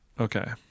Okay